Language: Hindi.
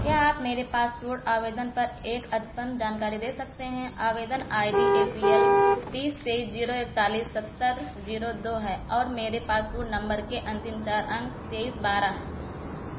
क्या आप मेरे पासपोर्ट आवेदन पर एक अद्यतन जानकारी दे सकते हैं आवेदन I D A P L बीस तेईस जीरो एकतालीस सत्तर जीरो दो है और मेरे पासपोर्ट नम्बर के अंतिम चार अंक तेईस बारह हैं